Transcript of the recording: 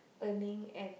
earning and